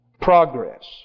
progress